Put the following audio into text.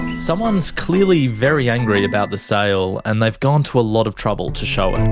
someone's clearly very angry about the sale and they've gone to a lot of trouble to show it.